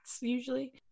usually